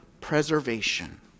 preservation